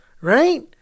right